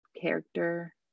character